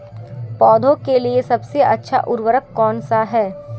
पौधों के लिए सबसे अच्छा उर्वरक कौनसा हैं?